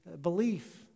belief